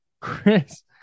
Chris